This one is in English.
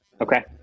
Okay